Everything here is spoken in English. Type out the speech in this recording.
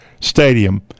Stadium